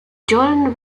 jordan